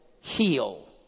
heal